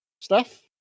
Steph